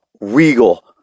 Regal